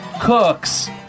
Cooks